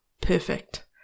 Perfect